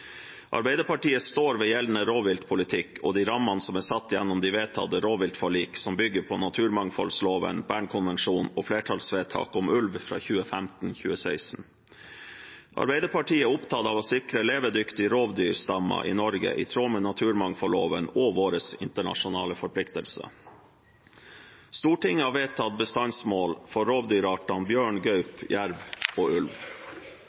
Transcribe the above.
Arbeiderpartiet står ved gjeldende rovdyrpolitikk og de rammene som er satt gjennom de vedtatte rovviltforlikene, som bygger på naturmangfoldloven, Bernkonvensjonen og flertallsvedtaket om ulv fra 2015–2016. Arbeiderpartiet er opptatt av å sikre levedyktige rovdyrstammer i Norge, i tråd med naturmangfoldloven og våre internasjonale forpliktelser. Stortinget har vedtatt bestandsmål for rovdyrartene bjørn, gaupe, jerv og ulv.